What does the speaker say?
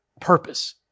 purpose